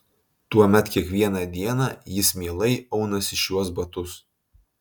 tuomet kiekvieną dieną jis mielai aunasi šiuos batus